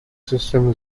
system